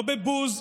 לא בבוז,